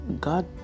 God